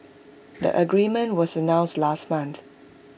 the agreement was announced last month